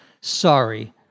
sorry